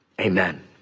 Amen